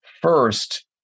first